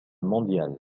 mondial